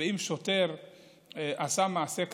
אם שוטר עשה מעשה כזה,